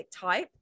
type